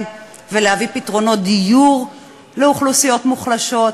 ולהביא פתרונות דיור לאוכלוסיות מוחלשות,